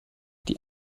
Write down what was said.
die